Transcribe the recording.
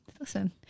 Listen